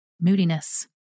moodiness